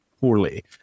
poorly